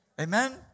Amen